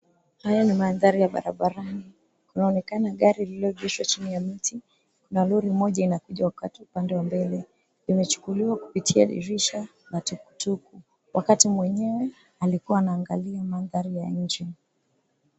Haya ni mandhari ya barabarani. Kunaonekana gari lililoegeshwa chini ya mti. Kuna lori moja inakuja wakati upande wa mbele, imechukuliwa kupitia dirisha la tukutuku, wakati mwenyewe alikuwa anaangalia mandhari ya nje.